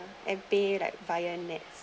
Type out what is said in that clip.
and be like buy your next